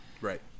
Right